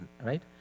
Right